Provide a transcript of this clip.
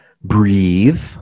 breathe